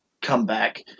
comeback